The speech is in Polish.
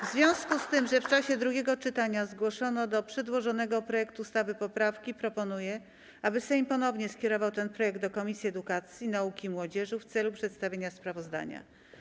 W związku z tym, że w czasie drugiego czytania zgłoszono do przedłożonego projektu ustawy poprawki, proponuję, aby Sejm ponownie skierował ten projekt do Komisji Edukacji, Nauki i Młodzieży w celu przedstawienia sprawozdania.